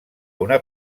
una